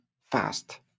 fast